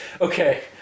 Okay